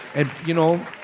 and, you know,